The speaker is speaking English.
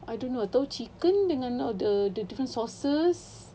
I don't know tahu chicken dengan ada different sauces